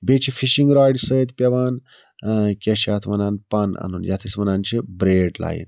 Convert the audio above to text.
بیٚیہِ چھِ فِشِنٛگ راڈِ سۭتۍ پیٚوان ٲں کیٛاہ چھِ اتھ وَنان پَن اَنُن ییٚتھ أسۍ وَنان چھِ برٛیڈِڈ لایِن